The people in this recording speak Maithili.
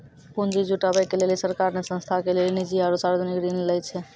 पुन्जी जुटावे के लेली सरकार ने संस्था के लेली निजी आरू सर्वजनिक ऋण लै छै